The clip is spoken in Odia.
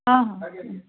ହଁ ହଁ